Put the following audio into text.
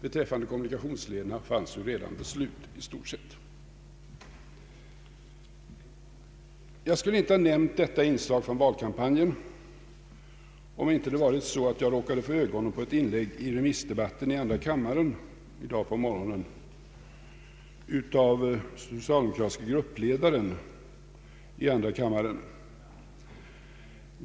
Beträffande kommunikationslederna fanns ju i stort sett redan TV-övervakning. Jag skulle inte ha nämnt detta inslag från valkampanjen om jag inte i dag på morgonen råkat få ögonen på ett inlägg i remissdebatten av den socialdemokratiske gruppledaren i andra kammaren.